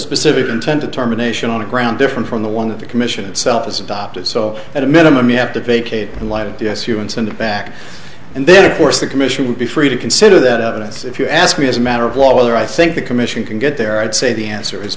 specific intent of terminations on the ground different from the one that the commission itself is adopted so at a minimum you have to vacate in light of yes you can send it back and then of course the commission will be free to consider that evidence if you ask me as a matter of law whether i think the commission can get there i'd say the answer is